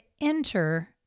enter